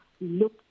look